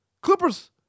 Clippers